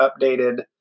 updated